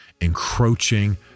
encroaching